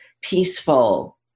peaceful